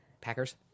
Packers